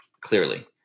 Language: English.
Clearly